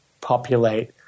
populate